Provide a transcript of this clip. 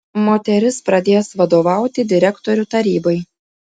moteris pradės vadovauti direktorių tarybai